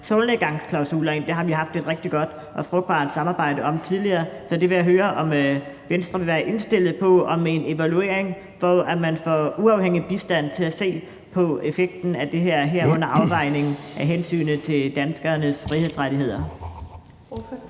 solnedgangsklausuler ind. Det har vi haft et rigtig godt og frugtbart samarbejde om tidligere, så jeg vil høre, om Venstre vil være indstillet på en evaluering, hvor man får uafhængig bistand i forhold til at se på effekten af det her, herunder afvejningen af hensynet til danskernes frihedsrettigheder.